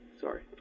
Sorry